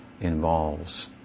involves